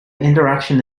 interaction